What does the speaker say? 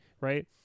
right